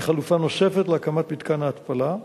כחלופה נוספת להקמת מתקן ההתפלה.